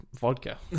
vodka